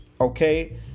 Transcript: okay